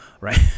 right